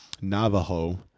Navajo